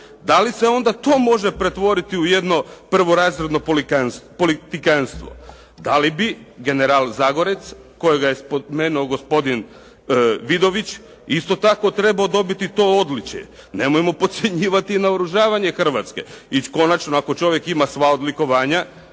Da li se onda tu može pretvoriti u jedno prvorazredno politikantstvo? Da li bi general Zagorec kojega je spomenuo gospodin Vidović isto tako trebao dobiti to odličje? Nemojmo potcjenjivati naoružavanje Hrvatske. I konačno, ako čovjek ima sva odlikovanja,